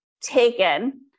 taken